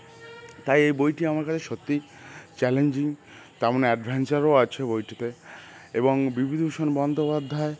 তাই এই বইটি আমার কাছে সত্যিই চ্যালেঞ্জিং তার মানে অ্যাডভেঞ্চারও আছে বইটিতে এবং বিভূতিভূষণ বন্দ্যোপাধ্যায়